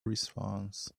response